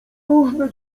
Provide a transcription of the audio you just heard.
różne